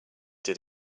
did